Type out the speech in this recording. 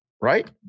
Right